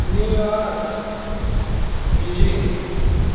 New York Beijing